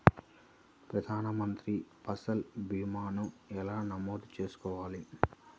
ప్రధాన మంత్రి పసల్ భీమాను ఎలా నమోదు చేసుకోవాలి?